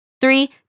Three